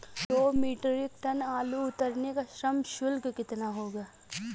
दो metric tonne आलू उतारने का श्रम शुल्क कितना होगा?